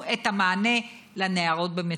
תנו את המענה לנערות במצוקה.